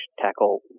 tackle